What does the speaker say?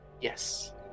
Yes